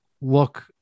Look